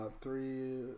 Three